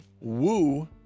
Woo